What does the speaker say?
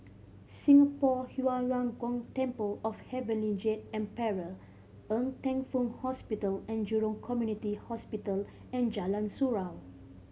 Singapore Yu Huang Gong Temple of Heavenly Jade Emperor Ng Teng Fong Hospital And Jurong Community Hospital and Jalan Surau